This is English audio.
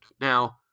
Now